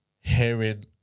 hearing